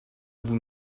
vous